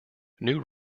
new